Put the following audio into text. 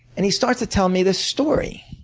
and he starts to tell me this story.